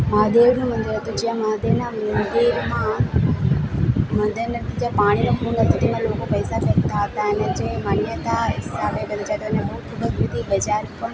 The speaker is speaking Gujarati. મહાદેવનું મંદિર હતું જ્યાં મહાદેવના મંદિરમાં મંદિરની અંદર જે પાણીનો કુંડ હતો તેમાં લોકો પૈસા ફેંકતા હતા અને જે માન્યતા અને બહુ ખૂબ જ બધી બજાર પણ